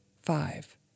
five